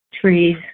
trees